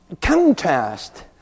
contrast